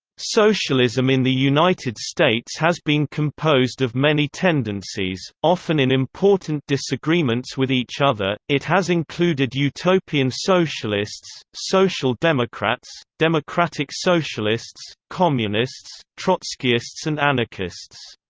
socialism in the united states has been composed of many tendencies, often in important disagreements with each other it has included utopian socialists, social democrats, democratic socialists, communists, trotskyists and anarchists.